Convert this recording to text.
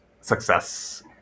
success